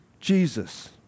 Jesus